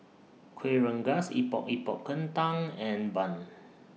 Kueh Rengas Epok Epok Kentang and Bun